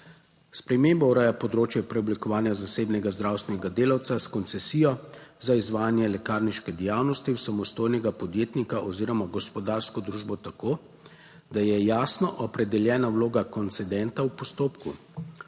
Spremembo ureja področje preoblikovanja zasebnega zdravstvenega delavca s koncesijo za izvajanje lekarniške dejavnosti v samostojnega podjetnika oziroma gospodarsko družbo tako, da je jasno opredeljena vloga koncedenta v postopku.